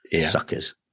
Suckers